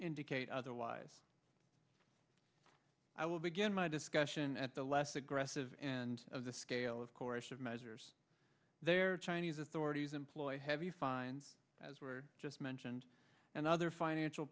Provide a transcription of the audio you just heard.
indicate otherwise i will begin my discussion at the less aggressive end of the scale of course of measures there chinese authorities employ heavy fines as were just mentioned and other financial